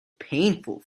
painful